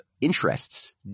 interests